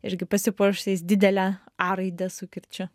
irgi pasipuošusiais didele a raide su kirčiu